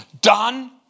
Done